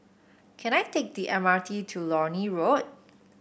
can I take the M R T to Lornie Road